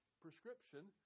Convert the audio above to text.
prescription